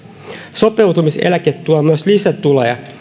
sopeutumiseläke tuo myös lisätuloja